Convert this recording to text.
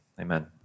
amen